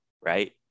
right